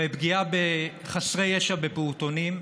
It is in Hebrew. לפגיעה בחסרי ישע בפעוטונים,